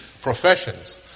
professions